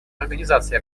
организации